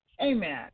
Amen